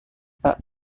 pak